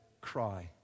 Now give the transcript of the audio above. cry